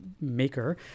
maker